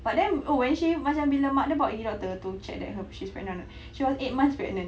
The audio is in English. but then oh when she macam bila mak dia bawa pergi doctor to check that she's pregnant or not she's eight months pregnant